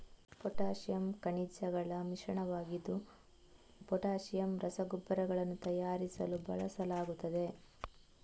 potassium ಖನಿಜಗಳ ಮಿಶ್ರಣವಾಗಿದ್ದು potassium ರಸಗೊಬ್ಬರಗಳನ್ನು ತಯಾರಿಸಲು ಬಳಸಲಾಗುತ್ತದೆ